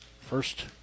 first